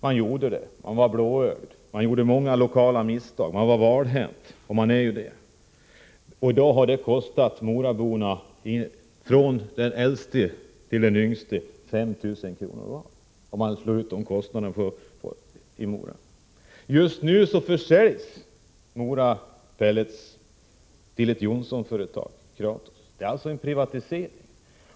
Man gjorde det. Man var blåögd. Man gjorde många lokala misstag. Man var valhänt. I dag har detta kostat moraborna, från den äldste till den yngste, 5 000 kr. var, om man slår ut kostnaderna på alla. Just nu försäljs Mora Pellets till ett Johnsonföretag. Det sker alltså en privatisering.